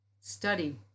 study